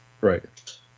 Right